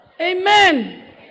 Amen